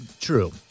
true